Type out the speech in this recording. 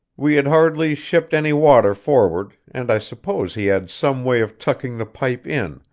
we had hardly shipped any water forward, and i suppose he had some way of tucking the pipe in,